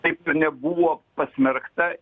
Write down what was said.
taip ir nebuvo pasmerkta